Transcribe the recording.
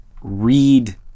read